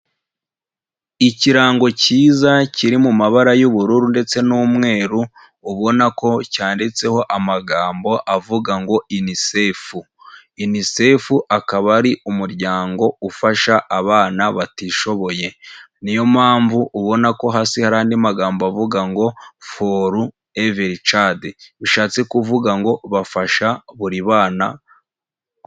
Ikirango cyiza kiri mu mabara y'ubururu ndetse n'umweru, ubona ko cyanditseho amagambo avuga ngo UNICEF. UNICEF akaba ari umuryango ufasha abana batishoboye, ni yo mpamvu ubona ko hasi hari andi magambo avuga ngo foru everi cadi, bishatse kuvuga ngo bafasha buri bana.